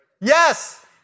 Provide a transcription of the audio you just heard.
Yes